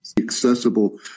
accessible